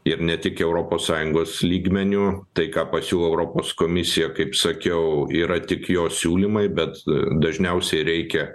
ir ne tik europos sąjungos lygmeniu tai ką pasiūlo europos komisija kaip sakiau yra tik jos siūlymai bet dažniausiai reikia